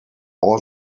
all